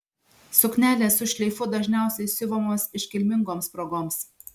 suknelės su šleifu dažniausiai siuvamos iškilmingoms progoms